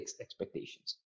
expectations